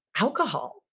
Alcohol